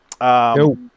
No